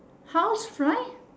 housefly